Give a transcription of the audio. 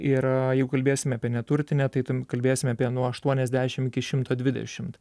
ir jeigu kalbėsime apie neturtinętai ten kalbėsime apie nuo aštuoniasdešim iki šimto dvidešim